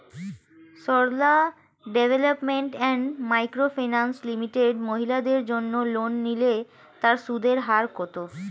Sarala development and micro finance limited মহিলাদের জন্য loan নিলে তার সুদের হার কত?